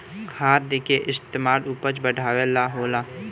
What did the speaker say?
खाद के इस्तमाल उपज बढ़ावे ला होला